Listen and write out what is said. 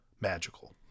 magical